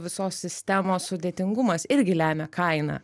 visos sistemos sudėtingumas irgi lemia kainą